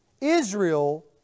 Israel